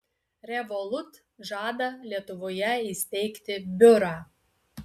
revolut žada lietuvoje įsteigti biurą